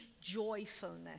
joyfulness